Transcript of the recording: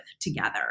together